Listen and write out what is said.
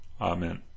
Amen